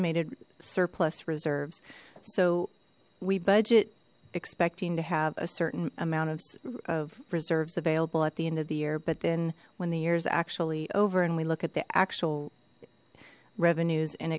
estimated surplus reserves so we budget expecting to have a certain amount of reserves available at the end of the year but then when the years actually over and we look at the actual revenues and